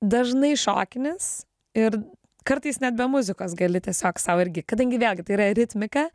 dažnai šokinis ir kartais net be muzikos gali tiesiog sau irgi kadangi vėlgi tai yra ritmika